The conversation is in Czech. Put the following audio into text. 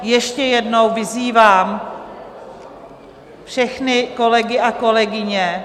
Ještě jednou vyzývám všechny kolegy a kolegyně...